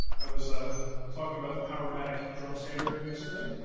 i was ah talking about the powermatic drum sander recently.